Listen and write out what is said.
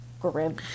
grim